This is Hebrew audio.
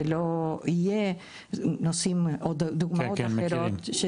שלא יהיה דוגמאות אחרות,